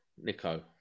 Nico